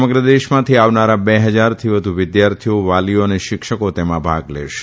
સમગ્ર દેશમાંથી આવનારા બે ફજારથી વધુ વિદ્યાર્થીઓ વાલીઓ અને શિક્ષકો તેમાં ભાગ લેશે